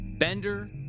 Bender